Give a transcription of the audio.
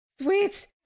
Sweet